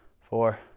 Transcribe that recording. four